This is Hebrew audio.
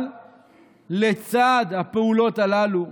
אבל לצד הפעולות הללו,